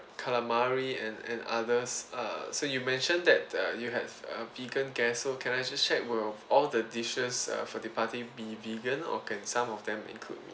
calamari and and others uh so you mention that uh you have a vegan guests so can I just check will all the dishes uh for the party be vegan or can some of them include meat